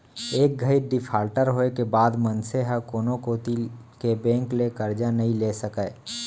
एक घइत डिफाल्टर होए के बाद मनसे ह कोनो कोती के बेंक ले करजा नइ ले सकय